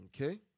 Okay